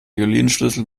violinschlüssel